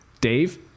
Dave